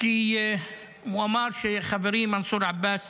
כי הוא אמר שחברי מנסור עבאס